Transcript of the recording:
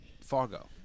Fargo